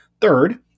Third